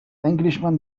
englishman